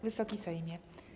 Wysoki Sejmie!